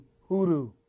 Hoodoo